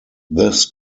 this